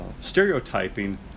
stereotyping